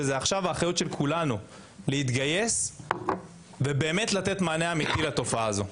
ועכשיו זו האחריות של כולנו להתגייס ובאמת לתת מענה אמיתי לתופעה הזאת.